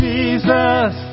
Jesus